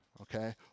okay